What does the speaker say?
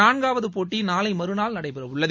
நான்காவது போட்டி நாளை மறுநாள் நடைபெறவுள்ளது